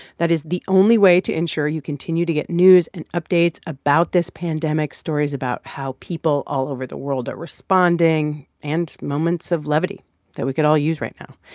that is the only way to ensure you continue to get news and updates about this pandemic, stories about how people all over the world are responding and moments of levity that we could all use right now.